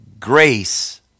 Grace